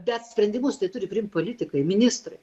bet sprendimus tai turi priimti politikai ministrai